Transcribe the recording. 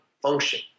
function